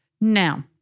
Now